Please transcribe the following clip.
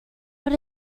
but